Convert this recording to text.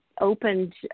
opened